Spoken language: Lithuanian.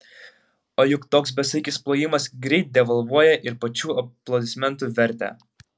o juk toks besaikis plojimas greit devalvuoja ir pačių aplodismentų vertę